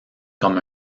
comme